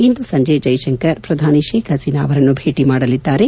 ಇಂದು ಸಂಜೆ ಜೈಶಂಕರ್ ಪ್ರಧಾನಿ ಶೇಕ್ ಹಸೀನಾ ಅವರನ್ನು ಭೇಟ ಮಾಡಲಿದ್ದಾರೆ